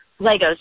Legos